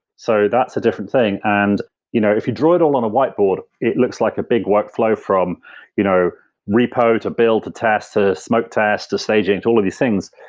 so that's a different thing and you know if you draw it all on a whiteboard, it looks like a big workflow from you know repo, to bill, to test, to smoke test, to staging, all of these things.